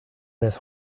this